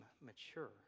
mature